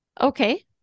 Okay